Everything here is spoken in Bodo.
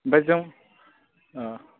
ओमफाय जों औ